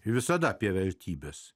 visada apie vertybes